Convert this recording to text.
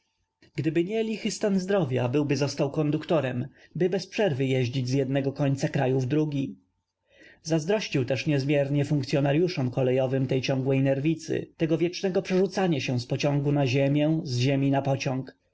dyby nie lichy stan zdrow ia byłby zo stał konduktorem by bez przerw y jeździć z jednego końca kraju w drugi zazdrościł też niezm iernie funkcyonaryuszom kolejowym tej ciągłej nerw icy tego wiecznego przerzu cania się z pociągu na ziemię z ziemi na pociąg